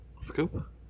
Scoop